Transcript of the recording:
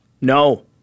No